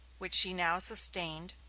which she now sustained,